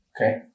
Okay